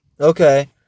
Okay